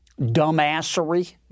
dumbassery